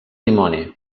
dimoni